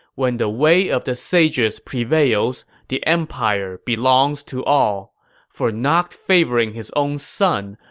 when the way of the sages prevails, the empire belongs to all for not favoring his own son,